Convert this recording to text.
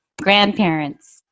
grandparents